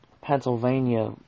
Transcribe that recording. Pennsylvania